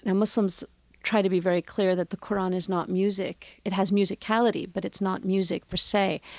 and muslims try to be very clear that the qur'an is not music. it has musicality, but it's not music, per se.